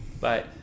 Bye